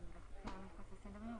שלום רב,